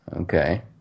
Okay